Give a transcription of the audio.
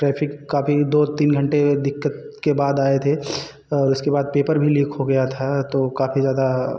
traffic काफ़ी दो तीन घंटे दिक्कत के बाद आए थे और उसके बाद पेपर भी लीक हो गया था तो काफ़ी ज़्यादा